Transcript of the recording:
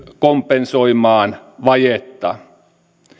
kompensoimaan vajetta